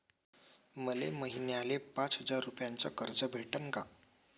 मले महिन्याले पाच हजार रुपयानं कर्ज भेटन का?